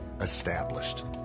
established